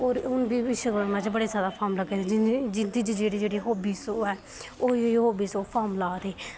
होर हून बी विश्वकर्मा च बड़े सारे फार्म लगा दे जिं'दे च जेह्ड़ी जेह्ड़ी हॉबिस होऐ उ'ऐ हॉबिस च ओह् फार्म ला दे जि'यां ब्यूटी पार्लर